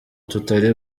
tutari